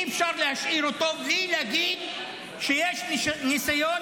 אי-אפשר להשאיר אותו בלי להגיד שיש ניסיון